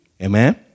Amen